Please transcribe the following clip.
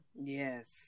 Yes